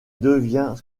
devient